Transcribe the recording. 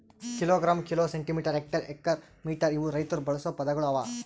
kilogram, kilo, centimetre, hectare, acre, metre ಇವು ರೈತುರ್ ಬಳಸ ಪದಗೊಳ್ ಅವಾ